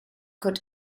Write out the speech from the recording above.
could